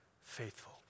faithful